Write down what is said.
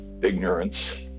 ignorance